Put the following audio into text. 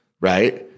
Right